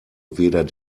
weder